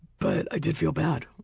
but i did feel bad.